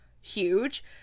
huge